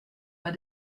pas